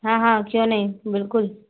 हाँ हाँ क्यों नहीं बिलकुल